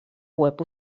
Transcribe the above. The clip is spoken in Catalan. web